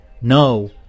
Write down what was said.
no